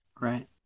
Right